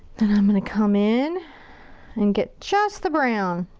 then i'm gonna come in and get just the brown.